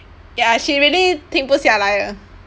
ya she really 停不下来的